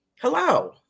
hello